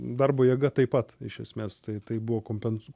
darbo jėga taip pat iš esmės tai tai buvo kompensuo ko